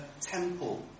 temple